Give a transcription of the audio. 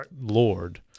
Lord